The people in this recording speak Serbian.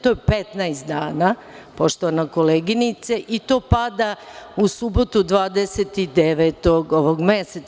To je 15 dana, poštovana koleginice, i to pada u subotu, 29. ovog meseca.